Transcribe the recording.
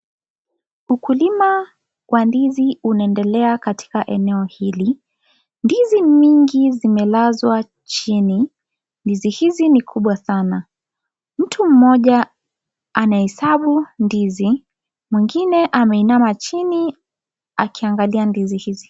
Ukulima wa ndizi unaendelea katika eneo hili ndizi nyingi zimelazwa chini, ndizi hizi ni kubwa sana, mtu mmoja ana hesabu ndizi mwingine ameinama chini akiangalia ndizi hizi.